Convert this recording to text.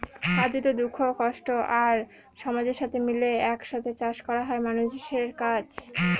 কার্যত, দুঃখ, কষ্ট আর সমাজের সাথে মিলে এক সাথে চাষ করা মানুষের কাজ